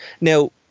Now